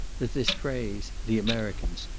that this phrase, the americans,